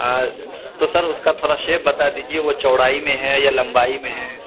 تو سر اس کا تھوڑا شیپ بتا دیجیے وہ چوڑائی میں ہے یا لمبائی میں ہیں